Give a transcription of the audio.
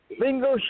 bingo